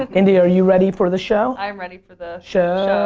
and india, are you ready for the show? i'm ready for the show.